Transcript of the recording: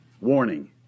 warning